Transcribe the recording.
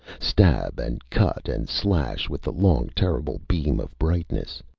stab and cut and slash with the long terrible beam of brightness.